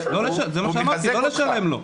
לא לשלם לו.